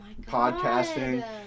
podcasting